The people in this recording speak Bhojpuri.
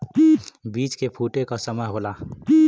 बीज के फूटे क समय होला